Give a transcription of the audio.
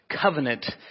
covenant